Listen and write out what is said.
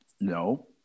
No